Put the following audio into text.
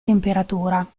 temperatura